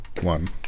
One